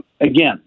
again